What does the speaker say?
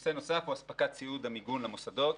נושא נוסף הוא אספקת ציוד המיגון למוסדות.